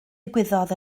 ddigwyddodd